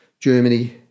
Germany